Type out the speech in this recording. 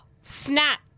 snap